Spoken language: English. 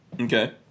Okay